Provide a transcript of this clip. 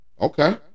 okay